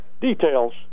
details